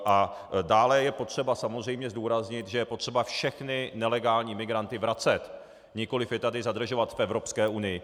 A dále je potřeba samozřejmě zdůraznit, že je potřeba všechny nelegální migranty vracet, nikoliv je tady zadržovat v Evropské unii.